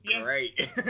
great